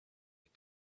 had